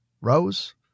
Rose